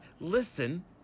listen